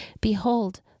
behold